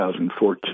2014